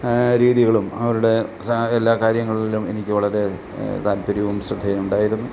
രീതികളും അവരുടെ എല്ലാ കാര്യങ്ങളിലും എനിക്ക് വളരെ താൽപ്പര്യവും ശ്രദ്ധയുമുണ്ടായിരുന്നു